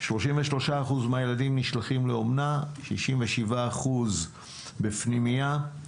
33% מהילדים נשלחים לאומנה, 67% בפנימייה.